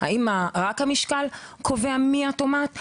רק המשקל קובע מי או מה את?